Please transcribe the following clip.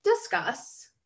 discuss